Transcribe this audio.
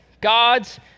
God's